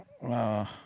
Wow